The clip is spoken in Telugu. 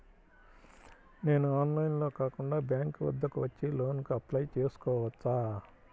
నేను ఆన్లైన్లో కాకుండా బ్యాంక్ వద్దకు వచ్చి లోన్ కు అప్లై చేసుకోవచ్చా?